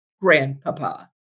Grandpapa